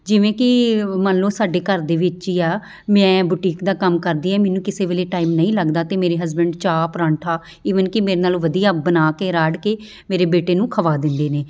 ਜਿਵੇਂ ਕਿ ਮੰਨ ਲਓ ਸਾਡੇ ਘਰ ਦੇ ਵਿੱਚ ਹੀ ਆ ਮੈਂ ਬੁਟੀਕ ਦਾ ਕੰਮ ਕਰਦੀ ਹਾਂ ਮੈਨੂੰ ਕਿਸੇ ਵੇਲੇ ਟਾਈਮ ਨਹੀਂ ਲੱਗਦਾ ਅਤੇ ਮੇਰੇ ਹਸਬੈਂਡ ਚਾਹ ਪਰਾਂਠਾ ਈਵਨ ਕਿ ਮੇਰੇ ਨਾਲ ਵਧੀਆ ਬਣਾ ਕੇ ਰਾੜ ਕੇ ਮੇਰੇ ਬੇਟੇ ਨੂੰ ਖਵਾ ਦਿੰਦੇ ਨੇ